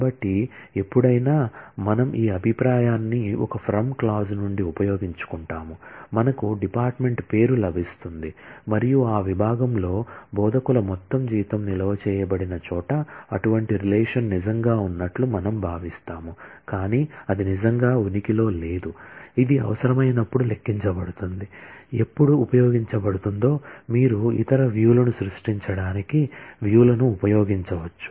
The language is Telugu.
కాబట్టి ఎప్పుడైనా మనం ఈ అభిప్రాయాన్ని ఒక ఫ్రమ్ క్లాజ్ లను ఉపయోగించవచ్చు